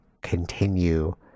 continue